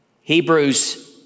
Hebrews